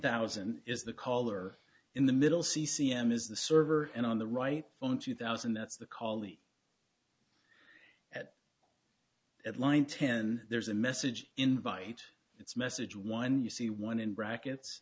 thousand is the caller in the middle c c m is the server and on the right phone two thousand that's the colley at at line ten there's a message invite it's message one you see one in brackets